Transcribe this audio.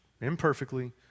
Imperfectly